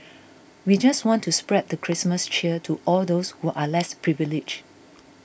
we just want to spread the Christmas cheer to all those who are less privileged